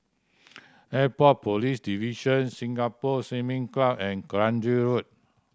Airport Police Division Singapore Swimming Club and Kranji Road